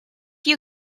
you